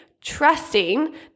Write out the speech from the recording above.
trusting